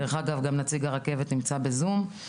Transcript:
דרך אגב, גם נציג הרכבת נמצא בזום.